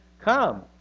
Come